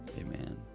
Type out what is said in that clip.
amen